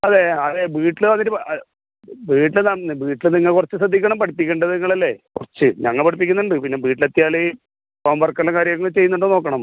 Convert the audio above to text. അതെ അതെ വീട്ടിൽ വന്നിട്ട് വീട്ടിൽ വന്ന് വീട്ടിൽ നിങ്ങൾ കുറച്ച് ശ്രദ്ധിക്കണം പഠിപ്പിക്കേണ്ടത് നിങ്ങളല്ലേ കുറച്ച് ഞങ്ങൾ പഠിപ്പിക്കുന്നുണ്ട് പിന്നെ വീട്ടിൽ എത്തിയാൽ ഹോം വർക്ക് എല്ലാം കാര്യം ആയി ഇരുന്ന് ചെയ്യുന്നുണ്ടോ നോക്കണം